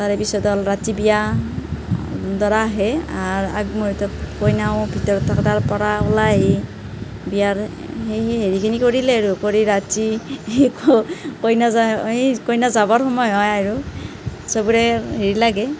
তাৰে পিছত হ'ল ৰাতি বিয়া দৰা আহে অহাৰ আগ মুহূৰ্তত কইনাও ভিতৰত থাকে তাৰপৰা ওলাই আহি বিয়াৰ সেই সেই হেৰিখিনি কৰিলে আৰু কৰি ৰাতি কইনা যায় এই কইনা যাবৰ সময় হয় আৰু চবৰে হেৰি লাগে